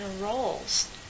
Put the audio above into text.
roles